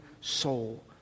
soul